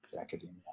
academia